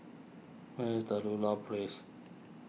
where is the Ludlow Place